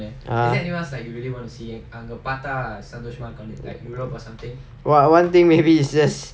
err !wah! one thing maybe it's just